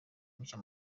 mushya